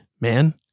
man